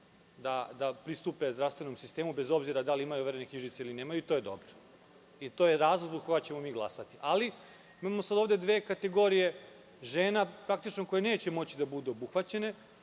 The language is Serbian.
da pristupe zdravstvenom sistemu, bez obzira da li imaju overene knjižice ili ne, i to je dobro. To je razlog zbog koga ćemo mi glasati. Ali, imamo ovde dve kategorije žena koje neće moći da budu obuhvaćene,